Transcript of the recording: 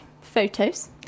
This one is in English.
photos